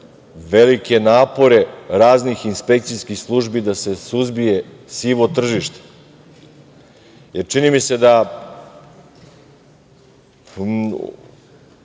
velike napore raznih inspekcijskih službi da se suzbije sivo tržište jer čini mi se da